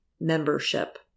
membership